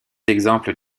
exemples